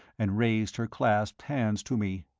and raised her clasped hands to me.